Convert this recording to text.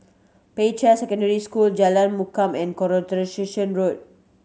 Peicai Secondary School Jalan and Road